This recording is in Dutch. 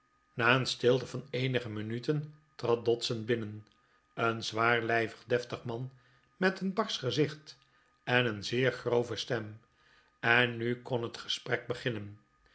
na een stilte van eenige minuten trad dodson binnen een zwaarlijvig deftig man met een barsch gezicht en een zeer grove stem en nu kon het gesprek beginnen